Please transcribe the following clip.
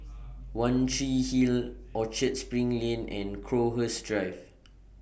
one Tree Hill Orchard SPRING Lane and Crowhurst Drive